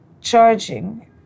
charging